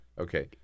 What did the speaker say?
okay